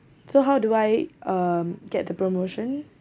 so how do I um get the promotion